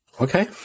Okay